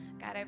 God